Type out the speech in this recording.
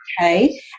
okay